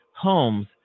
homes